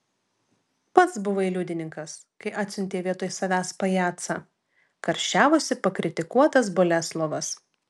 pats buvai liudininkas kai atsiuntė vietoj savęs pajacą karščiavosi pakritikuotas boleslovas